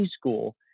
school